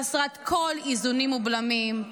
חסרת כל איזונים ובלמים,